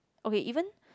okay even